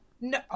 No